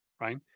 Right